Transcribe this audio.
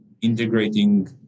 integrating